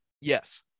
Yes